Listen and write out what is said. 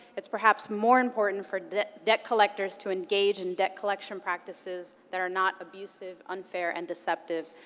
it's perhaps more important for debt debt collectors to engage in debt collection practices that are not abusive, unfair, and deceptive.